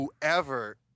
whoever